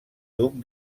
duc